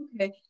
Okay